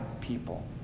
people